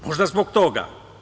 Možda zbog toga.